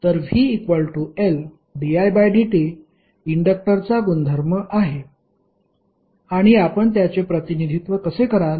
तर vLdidt इंडक्टरचा गुणधर्म आहे आणि आपण त्याचे प्रतिनिधित्व कसे कराल